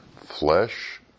flesh